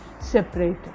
separated